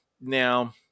now